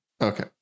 Okay